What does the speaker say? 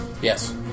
Yes